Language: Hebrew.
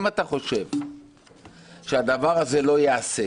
אם אתה חושב שהדבר הזה לא ייעשה,